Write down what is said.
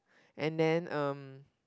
and then um